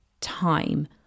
time